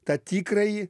tą tikrąjį